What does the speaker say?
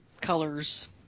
colors